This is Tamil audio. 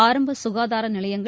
ஆரம்ப சுகாதார நிலையங்கள்